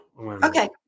Okay